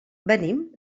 venim